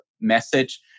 message